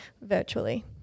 virtually